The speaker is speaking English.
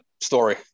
story